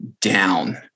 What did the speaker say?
down